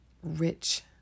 rich